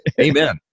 amen